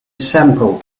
semple